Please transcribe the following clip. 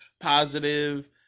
positive